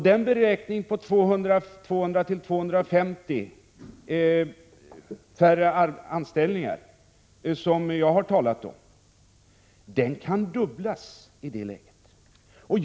Det antal på 200-250 färre anställningar som jag har talat om kan dubblas, om kapaciteten minskas.